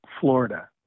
Florida